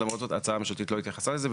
ולמרות זאת ההצעה הממשלתית לא התייחסה לזה.